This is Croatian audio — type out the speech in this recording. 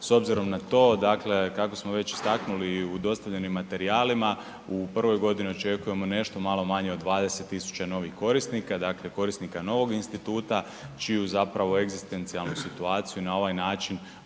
S obzirom na to, dakle kako smo već istaknuli u dostavljenim materijalima u prvoj godini očekujemo nešto malo manje od 20.000 novih korisnika, dakle korisnika novog instituta čiju zapravo egzistencijalnu situaciju na ovaj način